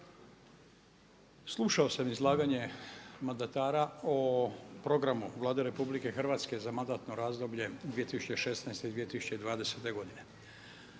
slušao sam izlaganje mandatara o programu Vlade RH za mandatno razdoblje 2016.-2020. godine.